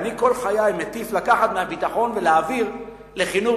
כל חיי אני מטיף לקחת מהביטחון ולהעביר לחינוך,